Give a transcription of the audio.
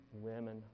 women